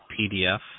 PDF